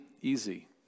easy